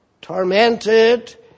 tormented